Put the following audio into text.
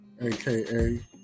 aka